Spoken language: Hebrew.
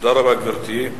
גברתי,